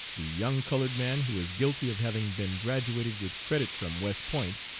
the young colored man who is guilty of having been graduated with credit from west point,